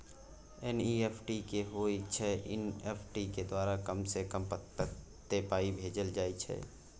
NEFT की होय छै एन.ई.एफ.टी के द्वारा कम से कम कत्ते पाई भेजल जाय छै?